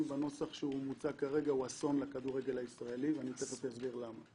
בנוסח שנמצא כרגע הוא אסון לכדורגל הישראלי ואני אסביר למה.